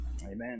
amen